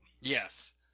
Yes